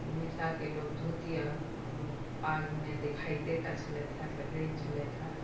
मिथिलाके लोक धोती आओर पागमे देखाइतेटा छलथि हेँ पहिरै छलथि हेँ